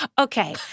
okay